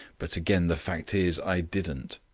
but again, the fact is i didn't.